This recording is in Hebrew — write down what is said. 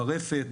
ברפת,